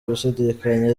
gushidikanya